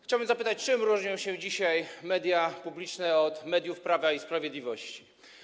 Chciałbym zapytać, czym różnią się dzisiaj media publiczne od mediów Prawa i Sprawiedliwości.